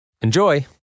Enjoy